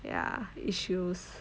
ya issues